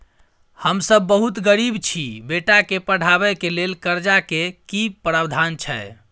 हम सब बहुत गरीब छी, बेटा के पढाबै के लेल कर्जा के की प्रावधान छै?